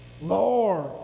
Lord